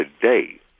today